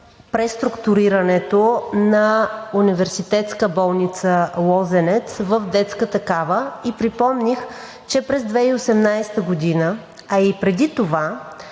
преструктурирането на Университетска болница „Лозенец“ в детска такава и припомних, че през 2018 г., а и преди това,